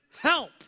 help